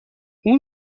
اون